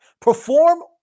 Perform